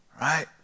right